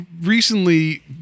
recently